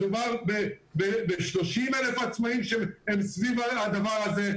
מדובר ב-30,000 עצמאים שהם סביב הדבר הזה,